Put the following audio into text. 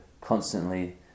constantly